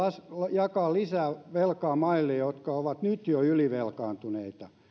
jakaa lisää velkaa maille jotka ovat jo nyt ylivelkaantuneita ja